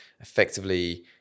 effectively